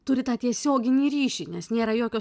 turi tą tiesioginį ryšį nes nėra jokio